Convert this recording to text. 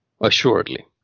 Assuredly